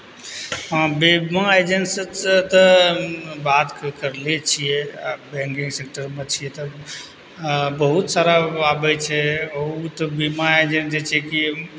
हँ बीमा एजेन्सीसँ तऽ बात करले छियै आओर बैंकिंग सेक्टरमे छियै तऽ बहुत सारा आबय छै बहुत उ तऽ बीमा एजेन्ट जे छै कि